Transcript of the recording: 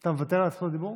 אתה מוותר על זכות הדיבור?